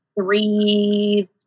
three